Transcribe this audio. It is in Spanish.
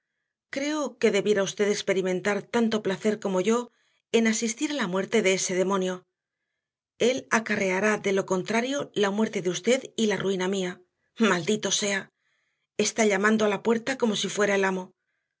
creo que debiera usted experimentar tanto placer como yo en asistir a la muerte de ese demonio él acarreará de lo contrario la muerte de usted y la ruina mía maldito sea está llamando a la puerta como si fuera el amo